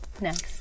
next